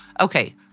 okay